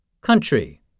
Country